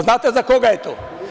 Znate li za koga je to?